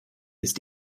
ist